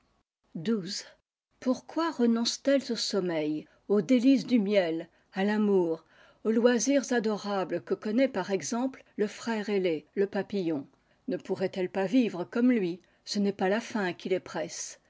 xll pourquoi renoncent elles au sommeil aux délices du miel à l'amour aux loisirs adorables que connaît par exemple leur frère ailé le papillon ne pourraient-elles pas viv comme lui ce n'est pas la faim qui les près